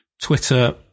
Twitter